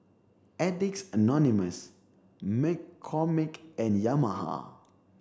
addicts Anonymous McCormick and Yamaha